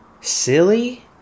silly